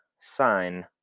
sign